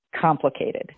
complicated